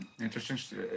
Interesting